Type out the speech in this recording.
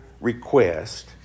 request